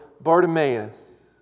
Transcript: Bartimaeus